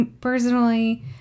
personally